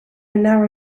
narrow